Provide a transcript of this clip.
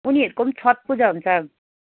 उनीहरूको छट पूजा हुन्छ